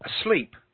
asleep